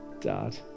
Dad